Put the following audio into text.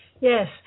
yes